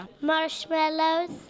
marshmallows